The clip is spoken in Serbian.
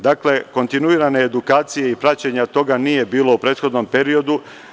Dakle, kontinuirane edukacije i praćenja toga nije bilo u prethodnom periodu.